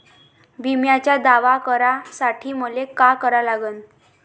बिम्याचा दावा करा साठी मले का करा लागन?